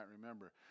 remember